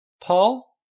Paul